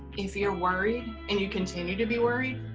if you're worried and you continue to be worried